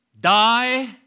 die